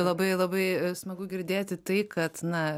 labai labai smagu girdėti tai kad na